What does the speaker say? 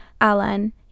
Alan